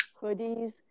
hoodies